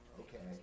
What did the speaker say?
okay